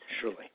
Surely